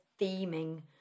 theming